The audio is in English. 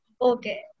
Okay